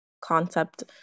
concept